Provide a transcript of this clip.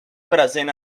present